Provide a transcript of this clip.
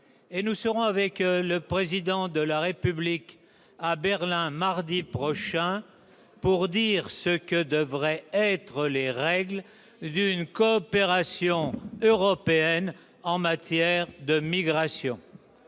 et nous serons, avec le Président de la République, à Berlin, mardi prochain, pour dire ce que devraient être les règles d'une coopération européenne en matière de migration.